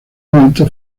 momento